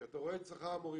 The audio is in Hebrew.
כי אתה רואה את שכר המורים.